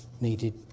needed